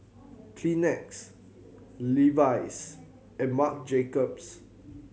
Kleenex Levi's and Marc Jacobs